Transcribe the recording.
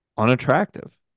unattractive